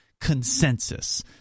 consensus